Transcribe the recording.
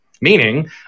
Meaning